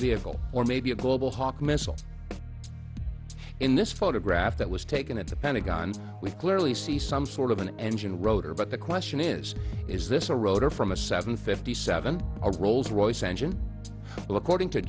vehicle or maybe a global hawk missile in this photograph that was taken at the pentagon we clearly see some sort of an engine rotor but the question is is this a rotor from a seven fifty seven a rolls royce engine well according to